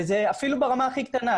וזה אפילו ברמה הכי קטנה,